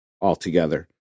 altogether